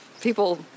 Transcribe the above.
people